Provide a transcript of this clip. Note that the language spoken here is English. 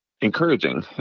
encouraging